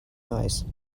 noise